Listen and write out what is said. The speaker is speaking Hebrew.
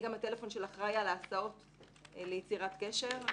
הטלפון של האחראי על ההסעות ליצירת קשר.